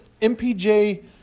mpj